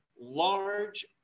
Large